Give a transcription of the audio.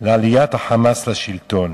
לעליית ה"חמאס" לשלטון,